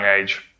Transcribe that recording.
age